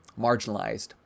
Marginalized